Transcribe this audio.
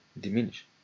diminish